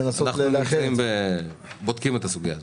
אנחנו בודקים את הסוגיה הזאת.